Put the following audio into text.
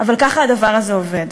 אבל ככה הדבר הזה עובד.